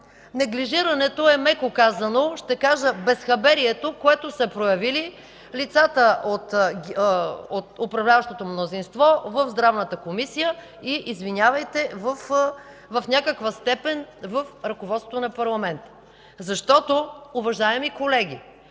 неглижирането, ще кажа безхаберието, което са проявили лицата от управляващото мнозинство в Здравната комисия и, извинявайте, в някаква степен, от ръководството на парламента. Уважаеми колеги,